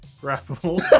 grapple